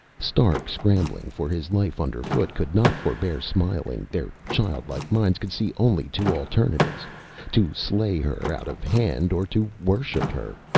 stark, scrambling for his life underfoot, could not forbear smiling. their childlike minds could see only two alternatives to slay her out of hand, or to worship her.